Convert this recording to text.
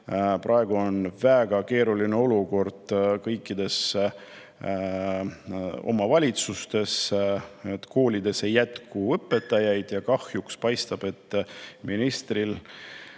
Praegu on väga keeruline olukord kõikides omavalitsustes: koolides ei jätku õpetajaid ja kahjuks paistab, et ministril